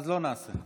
אז לא נעשה את זה.